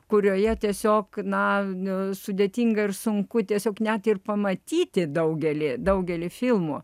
kurioje tiesiog na nu sudėtinga ir sunku tiesiog net ir pamatyti daugelį daugelį filmų